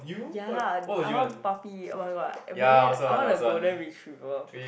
ya I want puppy oh-my-god I planning I want a golden retriever